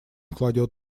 кладет